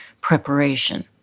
preparation—